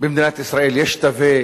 במדינת ישראל יש תווי